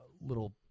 little